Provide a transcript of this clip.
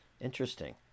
Interesting